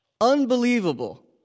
Unbelievable